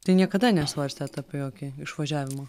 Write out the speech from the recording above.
tai niekada nesvarstėt apie jokį išvažiavimą